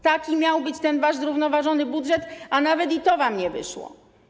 Taki miał być ten wasz zrównoważony budżet, a nawet i to wam nie wyszło.